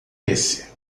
esse